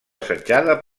assetjada